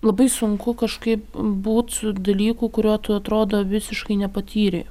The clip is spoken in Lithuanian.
labai sunku kažkaip būt su dalyku kurio tu atrodo visiškai nepatyrei